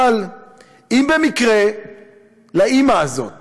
אם במקרה לאימא הזאת